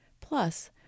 Plus